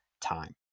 time